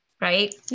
right